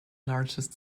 largest